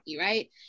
right